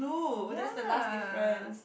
ya